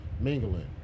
Mingling